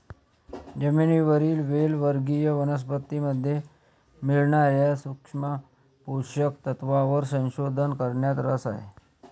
जमिनीवरील वेल वर्गीय वनस्पतीमध्ये मिळणार्या सूक्ष्म पोषक तत्वांवर संशोधन करण्यात रस आहे